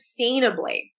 sustainably